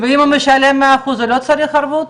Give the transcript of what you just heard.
מה אכפת לי?